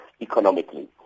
economically